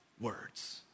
words